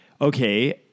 okay